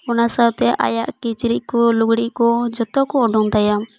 ᱚᱱᱟ ᱥᱟᱶᱛᱮ ᱟᱭᱟᱜ ᱠᱤᱪᱨᱤᱪ ᱠᱚ ᱞᱩᱜᱽᱲᱤ ᱠᱚ ᱡᱚᱛᱚ ᱠᱚ ᱚᱰᱚᱝ ᱛᱟᱭᱟ